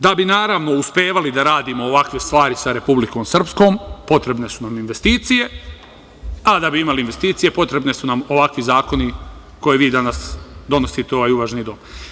Da bi naravno, uspevali da radimo ovakve stvari sa Republikom Srpskom potrebne su nam investicije, a da bi imali investicije potrebni su nam ovakvi zakoni, koje vi danas donosite u ovom uvaženom domu.